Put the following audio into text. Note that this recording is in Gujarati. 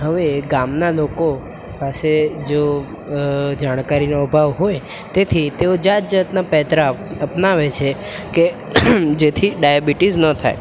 હવે ગામના લોકો પાસે જો જાણકારીનો અભાવ હોય તેથી તેઓ જાત જાતના પેંતરા અપનાવે છે કે જેથી ડાયાબિટીસ ન થાય